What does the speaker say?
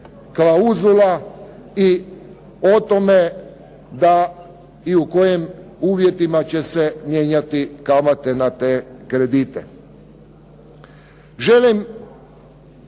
klauzula i o tome da i u kojim uvjetima će se mijenjati kamate na te kredite.